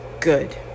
good